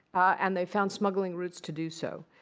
and they found smuggling routes to do so.